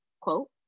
quote